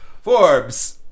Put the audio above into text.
Forbes